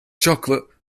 chocolate